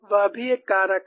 वह भी एक कारक है